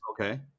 Okay